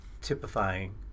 typifying